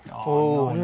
oh,